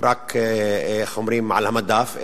רק על המדף,